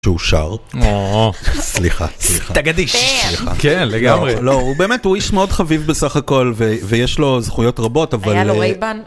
‫שהוא שר. אוהו.... סליחה, סליחה. ‫-סתגדיש. סליחה. ‫כן, לגמרי. ‫-לא, הוא באמת, הוא איש מאוד חביב ‫בסך הכול, ויש לו זכויות רבות, ‫אבל... ‫-היה לו רייבן?